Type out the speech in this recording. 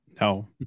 No